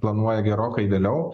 planuoja gerokai vėliau